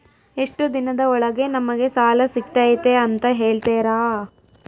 ಎಷ್ಟು ದಿನದ ಒಳಗೆ ನಮಗೆ ಸಾಲ ಸಿಗ್ತೈತೆ ಅಂತ ಹೇಳ್ತೇರಾ?